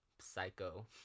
psycho